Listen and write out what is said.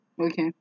Okay